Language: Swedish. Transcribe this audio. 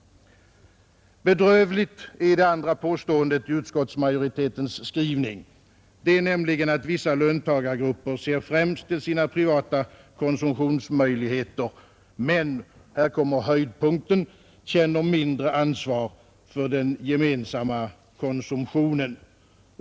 Bedrövligt är det andra påståendet i utskottsmajoritetens skrivning, nämligen det att vissa löntagargrupper främst ser till sina privata konsumtionsmöjligheter men — här kommer höjdpunkten — känner mindre ansvar för den gemensamma konsumtionen.